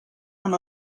amb